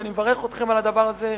ואני מברך אתכם על הדבר הזה,